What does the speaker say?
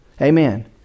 Amen